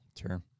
Sure